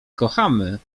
kochamy